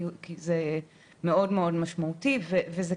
כי הוא מאוד משמעותי,